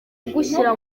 kugushyira